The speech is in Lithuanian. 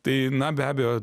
tai na be abejo